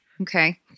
Okay